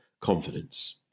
confidence